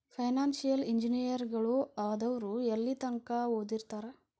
Financial ಇಂಜಿನಿಯರಗಳು ಆದವ್ರು ಯೆಲ್ಲಿತಂಕಾ ಓದಿರ್ತಾರ?